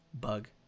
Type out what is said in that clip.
bug